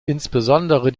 insbesondere